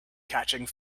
catching